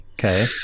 Okay